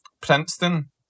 Princeton